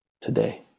today